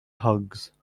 hugs